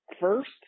first